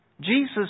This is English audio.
Jesus